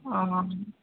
অঁ